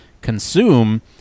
consume